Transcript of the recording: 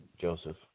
Joseph